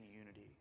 unity